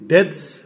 Deaths